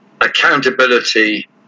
Accountability